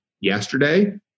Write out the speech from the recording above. yesterday